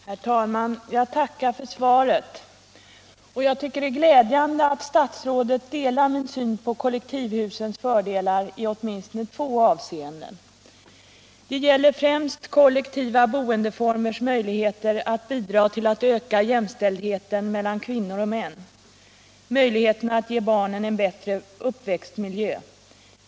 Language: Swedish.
Herr talman! Jag tackar för svaret. Jag tycker det är glädjande att statsrådet delar min syn på kollektivhusens fördelar i åtminstone två avseenden. Det gäller främst kollektiva boendeformers möjligheter att bidra till ökad jämställdhet mellan kvinnor och män och möjligheterna att ge barnen en bättre uppväxtmiljö.